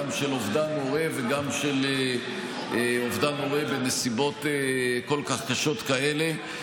גם של אובדן הורה וגם של אובדן הורה בנסיבות כל כך קשות כאלה,